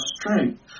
strength